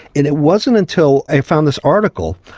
and it wasn't until i found this article,